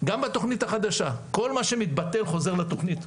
גם בתכנית החדשה כל מה שמתבטל חוזר לתכנית,